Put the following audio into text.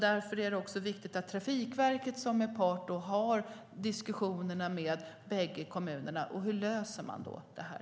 Därför är det också viktigt att Trafikverket, som är part och som för diskussioner med bägge kommunerna, tänker på hur man löser det här.